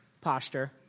posture